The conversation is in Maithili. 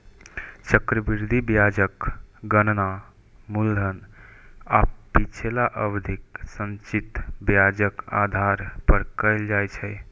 चक्रवृद्धि ब्याजक गणना मूलधन आ पिछला अवधिक संचित ब्याजक आधार पर कैल जाइ छै